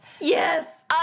Yes